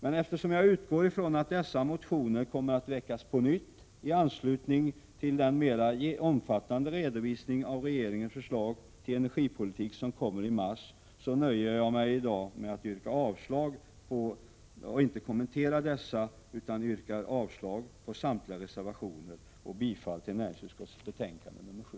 Men eftersom jag utgår från att dessa motioner kommer att väckas på nytt i anslutning till den mera omfattande redovisningen av regeringens förslag till energipolitik som kommer att läggas fram i mars nöjer jag mig i dag med att yrka avslag på samtliga reservationer och bifall till hemställan i näringsutskottets betänkande 7.